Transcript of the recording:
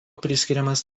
priskiriamas